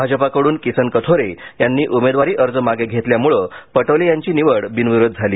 भाजपाकडून किसन कथोरे यांनी उमेदवारी अर्ज मागे घेतल्यामुळे पटोले यांची निवड बिनविरोध झाली